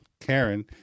Karen